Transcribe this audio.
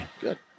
Good